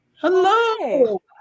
Hello